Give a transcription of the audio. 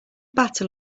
battle